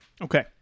Okay